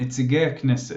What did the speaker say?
נציגי הכנסת